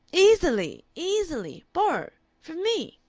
easily. easily. borrow. from me.